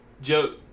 Joe